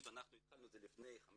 התחלנו את זה לפני 15